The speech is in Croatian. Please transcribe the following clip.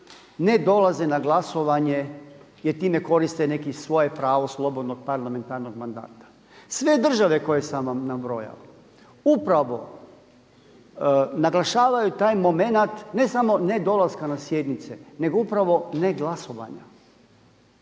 ne dolaze na glasovanje jer time koriste neko svoje pravo slobodnog parlamentarnog mandata. Sve države koje sam vam nabrojao upravo naglašavaju taj moment ne samo nedolaska na sjednice nego upravo ne glasovanja.